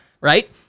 right